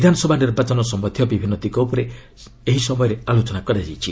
ବିଧାନସଭା ନିର୍ବାଚନ ସମ୍ପନ୍ଧିୟ ବିଭିନ୍ନ ଦିଗ ଉପରେ ଏହି ସମୟରେ ଆଲୋଚନା ହୋଇଛି